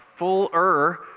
fuller